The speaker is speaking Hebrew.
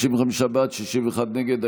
55 בעד, 61 נגד.